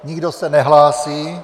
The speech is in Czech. Nikdo se nehlásí.